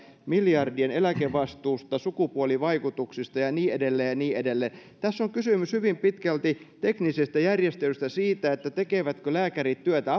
miljardien eläkevastuusta sukupuolivaikutuksista ja niin edelleen ja niin edelleen tässä on kysymys hyvin pitkälti teknisestä järjestelystä siitä tekevätkö lääkärit työtä